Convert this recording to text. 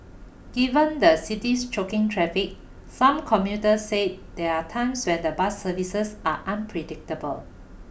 given the city's choking traffic some commuters say there are times when the bus services are unpredictable